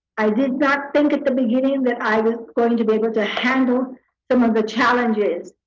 i did not think at the beginning that i was going to be able to handle some of the challenges.